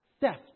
death